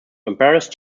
embarrassed